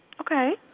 Okay